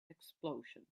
explosion